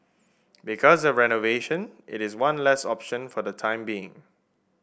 because of renovation it is one less option for the time being